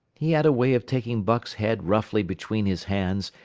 he had a way of taking buck's head roughly between his hands,